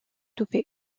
toupet